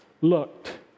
looked